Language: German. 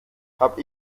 habe